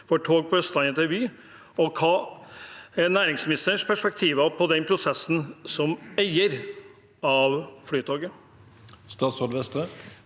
for tog på Østlandet til Vy? Og hva er næringsministerens perspektiver på den prosessen som eier av Flytoget?